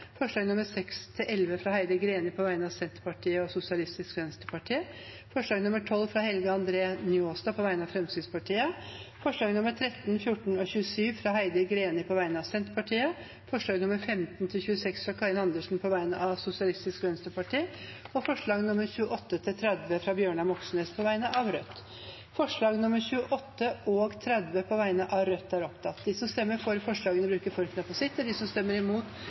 forslag nr. 5, fra Stein Erik Lauvås på vegne av Arbeiderpartiet forslagene nr. 6–11, fra Heidi Greni på vegne av Senterpartiet og Sosialistisk Venstreparti forslag nr. 12, fra Helge André Njåstad på vegne av Fremskrittspartiet forslagene nr. 13, 14 og 27, fra Heidi Greni på vegne av Senterpartiet forslagene nr. 15–26, fra Karin Andersen på vegne av Sosialistisk Venstreparti forslagene nr. 28–30, fra Bjørnar Moxnes på vegne av Rødt Det voteres over forslagene nr. 28 og 30, fra Rødt. Forslag nr. 28 lyder: «Stortinget ber regjeringen i forslaget til statsbudsjett for